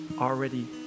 already